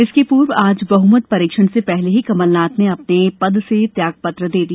इसके पूर्व आज बहुमत परीक्षण से पहले ही कमलनाथ ने अपने पद से त्यागपत्र दे दिया